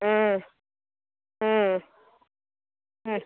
ம் ம் ம்